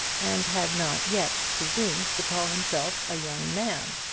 and had not yet presumed to call himself a young man.